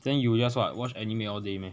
then you will just what watch anime all day meh